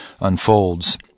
unfolds